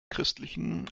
christlichen